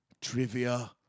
trivia